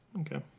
Okay